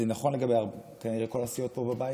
זה נכון כנראה לגבי כל הסיעות פה בבית.